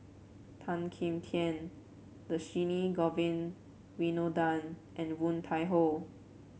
Tan Kim Tian Dhershini Govin Winodan and Woon Tai Ho